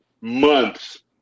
months